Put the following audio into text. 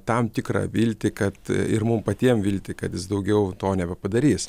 tam tikrą viltį kad ir mum patiem viltį kad jis daugiau to nebepadarys